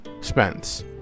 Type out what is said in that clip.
spence